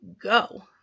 go